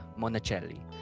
Monacelli